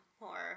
more